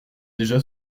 déjà